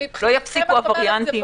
לא יפסיקו הווריאנטים.